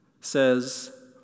says